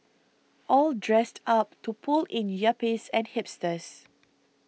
all dressed up to pull in yuppies and hipsters